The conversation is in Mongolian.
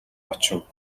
очив